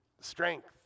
strength